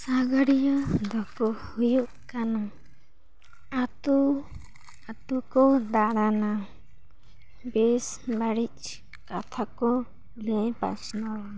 ᱥᱟᱜᱟᱲᱤᱭᱟᱹ ᱫᱚᱠᱚ ᱦᱩᱭᱩᱜ ᱠᱟᱱᱟ ᱟᱛᱳ ᱟᱛᱳ ᱠᱚ ᱫᱟᱬᱟᱱᱟ ᱵᱮᱥ ᱵᱟᱹᱲᱤᱡ ᱠᱟᱛᱷᱟ ᱠᱚ ᱞᱟᱹᱭ ᱯᱟᱥᱱᱟᱣᱟ